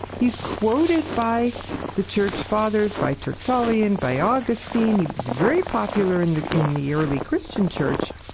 he's quoted by the church fathers, by tertullian, by augustine. he was very popular in the in the early christian church.